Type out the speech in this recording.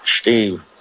Steve